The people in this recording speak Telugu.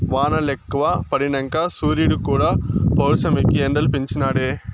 వానలెక్కువ పడినంక సూరీడుక్కూడా పౌరుషమెక్కి ఎండలు పెంచి నాడే